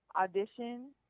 audition